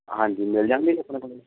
ਹਾਂਜੀ ਮਿਲ ਜਾਂਦੀ ਆ ਜੀ ਆਪਣੇ ਕੋਲ